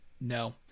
no